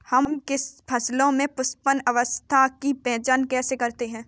हम फसलों में पुष्पन अवस्था की पहचान कैसे करते हैं?